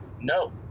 No